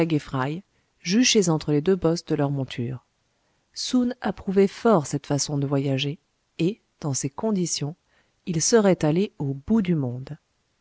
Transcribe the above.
fry juchés entre les deux bosses de leur monture soun approuvait fort cette façon de voyager et dans ces conditions il serait allé au bout du monde